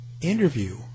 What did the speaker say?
interview